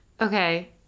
Okay